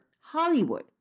Hollywood